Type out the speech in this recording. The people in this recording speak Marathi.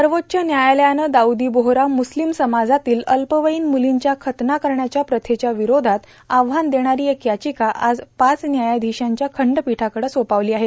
सर्वोच्च व्यायालयानं दाऊदी बोहरा मुस्लिम समाजातील अल्पवयीन मुलींच्या खतना करण्याच्या प्रथेच्या विरोधात आव्हान देणारी एक याचिका आज पाच व्यायाधीशांच्या खंडपीठाकडं सोपविली आहे